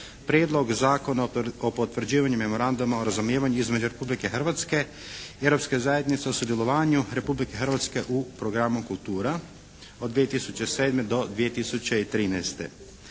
Prijedlog Zakona o potvrđivanju Memoranduma o razumijevanju između Republike Hrvatske i Europske zajednice o sudjelovanju Republike Hrvatske u programu kultura (od 2007. do 2013.).